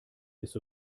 ist